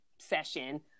session